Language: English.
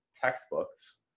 textbooks